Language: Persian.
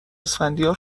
اسفندیار